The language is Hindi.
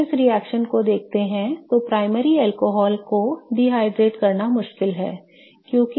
यदि हम इस रिएक्शन को देखते हैं तो प्राथमिक अल्कोहल को निर्जलित करना मुश्किल है